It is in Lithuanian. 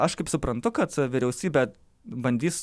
aš kaip suprantu kad vyriausybė bandys